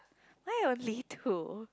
why only two